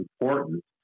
important